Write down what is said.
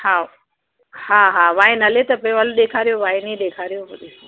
हा हा हा वाइन हले त पियो हल ॾेखारियो वाइन ई ॾेखारियो पोइ ॾिसां